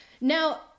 Now